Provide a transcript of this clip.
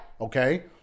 Okay